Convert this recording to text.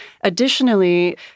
Additionally